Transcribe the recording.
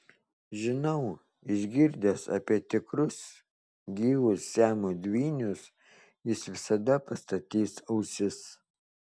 žinau išgirdęs apie tikrus gyvus siamo dvynius jis visada pastatys ausis